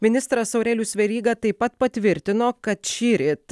ministras aurelijus veryga taip pat patvirtino kad šįryt